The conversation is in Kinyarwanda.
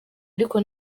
ariko